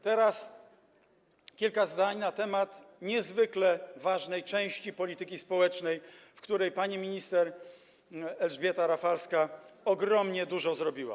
Teraz kilka zdań na temat niezwykle ważnej części polityki społecznej, w której pani minister Elżbieta Rafalska ogromnie dużo zrobiła.